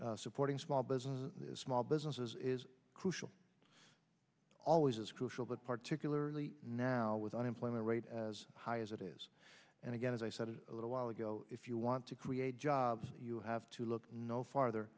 ago supporting small business small businesses is crucial always is crucial but particularly now with unemployment rate as high as it is and again as i said a little while ago if you want to create jobs you have to look no farther